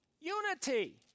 Unity